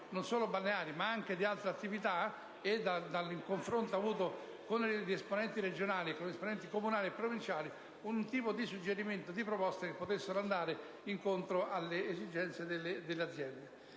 (non solo balneari, ma anche di altre attività) e dal confronto con esponenti regionali, comunali e provinciali suggerimenti e proposte che potessero andare incontro alle esigenze delle aziende.